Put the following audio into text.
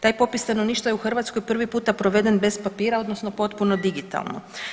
Taj popis stanovništva je u Hrvatskoj prvi puta proveden bez papira, odnosno potpuno digitalno.